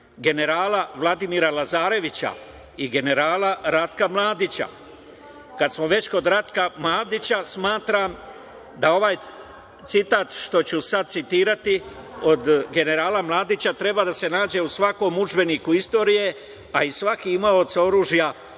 generala Vladimira Lazarevića i generala Ratka Mladića. Kada smo već kod Ratka Mladića, smatram da ovaj citat što ću sada citirati od generala Mladića treba da se nađe u svakom udžbeniku istorije, a i svaki imaoc oružja bi